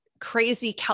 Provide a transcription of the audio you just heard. crazy